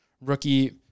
rookie –